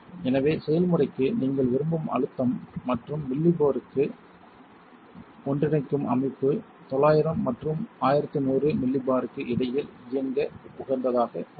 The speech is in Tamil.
எனவே செயல்முறைக்கு நீங்கள் விரும்பும் அழுத்தம் மற்றும் மில்லிபோருக்கு ஒன்றிணைக்கும் அமைப்பு 900 மற்றும் 1100 மில்லிபோருக்கு இடையில் இயங்க உகந்ததாக உள்ளது